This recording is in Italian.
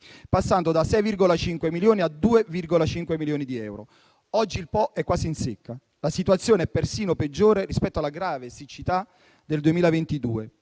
passando da 6,5 a 2,5 milioni di euro. Oggi il Po è quasi in secca: la situazione è persino peggiore rispetto alla grave siccità del 2022;